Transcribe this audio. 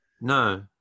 No